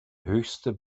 höchste